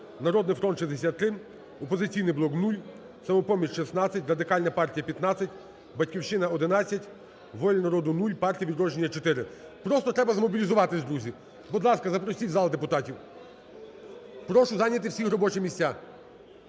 "Народний фронт" – 63, "Опозиційний блок" – 0, "Самопоміч" – 16, Радикальна партія – 15, "Батьківщина" – 11, "Воля народу" – 0, "Партія "Відродження" – 4. Просто треба змобілізуватися, друзі. Будь ласка, запросіть в зал депутатів. Прошу зайняти всіх робочі місця.